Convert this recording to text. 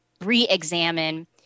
re-examine